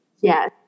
Yes